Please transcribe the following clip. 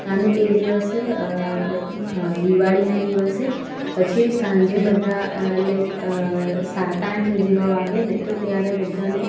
અને તે દિવસે દિવાળીના દિવસે પછી એ સાંજે બધા લાઈક સાત આઠ જેવા વાગેને તો ત્યારે બધાને